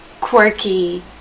quirky